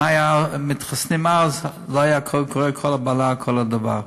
אם היו מתחסנים אז, לא הייתה כל הבהלה, כל הדבר,